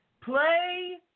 Play